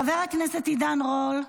חבר הכנסת עידן רול,